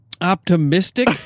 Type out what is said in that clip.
optimistic